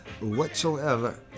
whatsoever